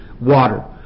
water